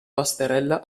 basterella